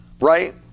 right